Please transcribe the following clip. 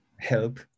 help